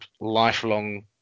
lifelong –